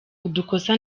udukosa